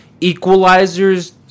equalizers